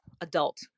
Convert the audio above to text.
adult